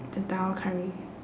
the dhal curry